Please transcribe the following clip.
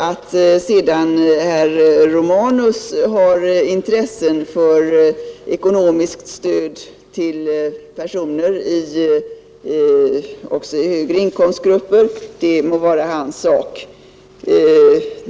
Att sedan herr Romanus har intresse för ekonomiskt stöd till personer också i högre inkomstgrupper må vara hans sak.